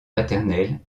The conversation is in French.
maternels